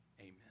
Amen